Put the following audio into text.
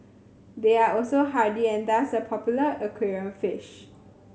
they are also hardy and thus a popular aquarium fish